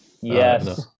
Yes